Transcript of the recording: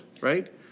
right